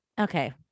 okay